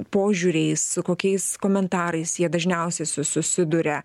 požiūriais su kokiais komentarais jie dažniausiai su susiduria